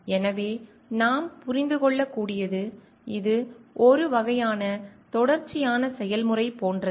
எனவே நாம் புரிந்து கொள்ளக்கூடியது இது ஒரு வகையான தொடர்ச்சியான செயல்முறை போன்றது